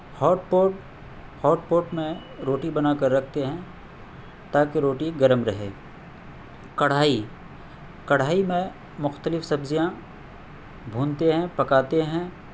ہوٹ pot hot pot میں روٹی بنا کر رکھتے ہیں تاکہ روٹی گرم رہے کڑھائی کڑھائی میں مختلف سبزیاں بھونتے ہیں پکاتے ہیں